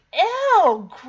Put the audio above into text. ew